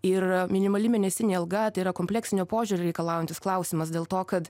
ir minimali mėnesinė alga tai yra kompleksinio požiūrio reikalaujantis klausimas dėl to kad